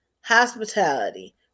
hospitality